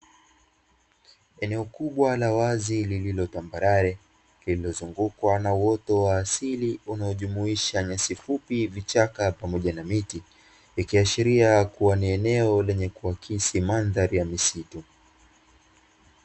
Eneo kubwa la wazi lililo tambarare, lililozungukwa na uoto wa asili unaojumuisha nyasi fupi vichaka pamoja na miti, ikiashiria kuwa ni eneo lenye kuakisi mandhari ya misitu.